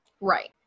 Right